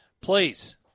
please